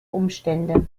umstände